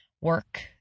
work